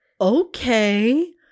okay